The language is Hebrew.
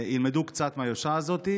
ילמדו קצת מהיושרה הזאת,